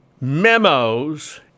memos